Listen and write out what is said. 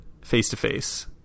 face-to-face